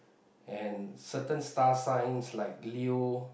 and certain star signs like Leo